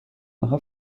آنها